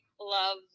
love